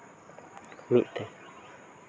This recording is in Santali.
ᱢᱤᱫ ᱛᱮ